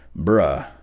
Bruh